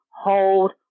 hold